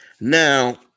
Now